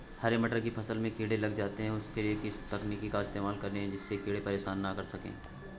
हरे मटर की फसल में कीड़े लग जाते हैं उसके लिए किस तकनीक का इस्तेमाल करें जिससे कीड़े परेशान ना कर सके?